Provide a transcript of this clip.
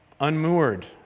unmoored